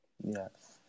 Yes